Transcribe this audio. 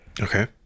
Okay